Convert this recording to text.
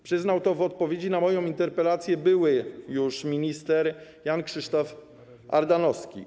Przyznał to w odpowiedzi na moją interpelację były już minister Jan Krzysztof Ardanowski.